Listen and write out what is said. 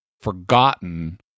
forgotten